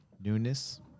newness